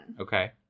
Okay